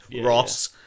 Ross